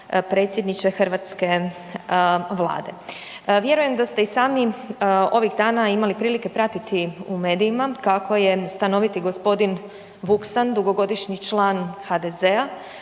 predsjedniče hrvatske Vlade. Vjerujem da ste i sami ovih dana imali prilike pratiti u medijima kako je stanoviti g. Vuksan dugogodišnji član HDZ-a